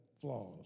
flaws